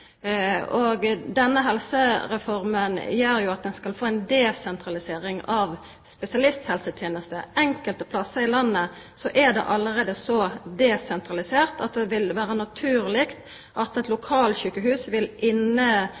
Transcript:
lokalsjukehus. Denne helsereforma gjer at ein skal få ei desentralisering av spesialisthelsetenesta. Enkelte plassar i landet er det allereie så desentralisert at det vil vera naturleg at eit lokalsjukehus vil